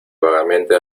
vagamente